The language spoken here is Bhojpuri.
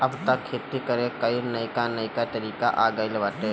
अब तअ खेती करे कअ नईका नईका तरीका आ गइल बाटे